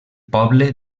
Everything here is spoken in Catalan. poble